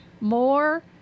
more